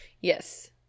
Yes